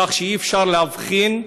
כך שאי-אפשר לאבחן.